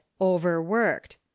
overworked